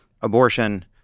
abortion